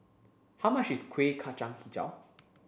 how much is Kueh Kacang Hijau